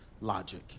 logic